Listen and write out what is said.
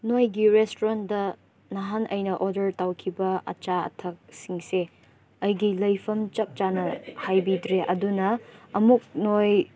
ꯅꯣꯏꯒꯤ ꯔꯦꯁꯇꯨꯔꯦꯟꯗ ꯅꯍꯥꯟ ꯑꯩꯅ ꯑꯣꯗꯔ ꯇꯧꯈꯤꯕ ꯑꯆꯥ ꯑꯊꯛ ꯁꯤꯡꯁꯦ ꯑꯩꯒꯤ ꯂꯩꯐꯝ ꯆꯞ ꯆꯥꯅꯔꯦ ꯍꯥꯏꯕꯤꯗ꯭ꯔꯦ ꯑꯗꯨꯅ ꯑꯃꯨꯛ ꯅꯣꯏ